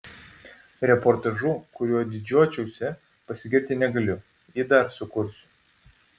reportažu kuriuo didžiuočiausi pasigirti negaliu jį dar sukursiu